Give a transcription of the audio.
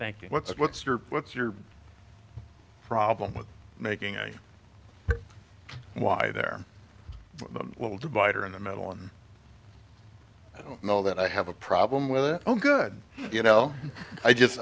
thank you what's what's your what's your problem with making a why there will divider in the middle and i don't know that i have a problem with it oh good you know i just